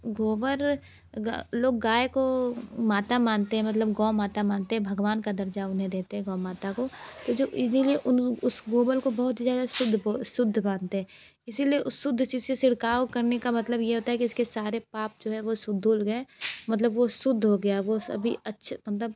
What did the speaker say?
गोबर लोग गाय को माता मानते हैं मतलब गौ माता मानते हैं भगवान का दर्जा उन्हें देते हैं गौ माता को तो जो इजीली उन उस गोबर को बहुत ही ज़्यादा शुद्ध शुद्ध मानते हैं इसलिए उस शुद्ध चीज़ से छिड़काव करने का मतलब यह होता है कि इसके सारे पाप जो हैं वह धुल गए मतलब वह शुद्ध हो गया वह सभी अच्छा मतलब